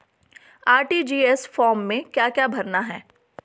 RTGS form में क्या क्या भरना है?